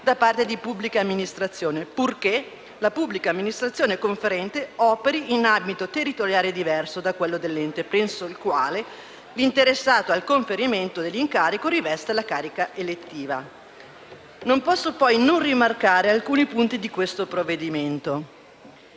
da parte di pubbliche amministrazioni, purché la pubblica amministrazione conferente operi in ambito territoriale diverso da quello dell'ente presso il quale l'interessato al conferimento dell'incarico riveste la carica elettiva. Non posso, poi, non rimarcare alcuni punti di questo provvedimento.